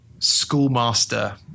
Schoolmaster